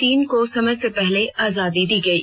तीनों को समय से पहले आजादी दी गयी